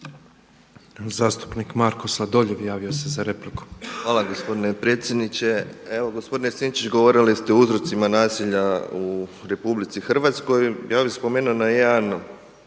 Zastupnik Marko Sladoljev javio se za repliku. **Sladoljev, Marko (MOST)** Hvala gospodine predsjedniče. Evo gospodine Sinčić, govorili ste o uzrocima nasilja u Republici Hrvatskoj. Ja bih spomenuo na jedan